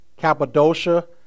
Cappadocia